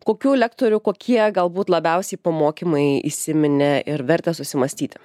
kokių lektorių kokie galbūt labiausiai pamokymai įsiminė ir verta susimąstyti